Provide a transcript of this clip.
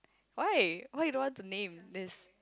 why why you don't want to name there is